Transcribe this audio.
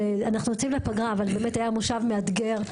אנחנו יוצאים לפגרה אבל באמת היה מושב מאתגר.